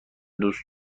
دوست